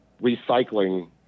recycling